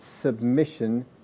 submission